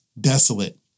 desolate